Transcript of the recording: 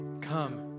Come